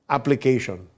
Application